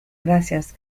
gracias